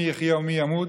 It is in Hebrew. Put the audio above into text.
מי יחיה ומי ימות,